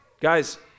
Guys